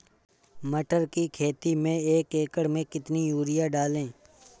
मटर की खेती में एक एकड़ में कितनी यूरिया डालें?